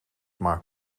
maar